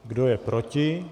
Kdo je proti?